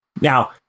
now